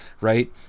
right